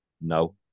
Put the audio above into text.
No